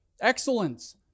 excellence